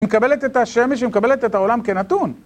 היא מקבלת את השמש, היא מקבלת את העולם כנתון.